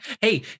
hey